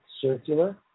circular